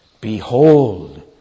Behold